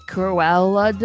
Cruella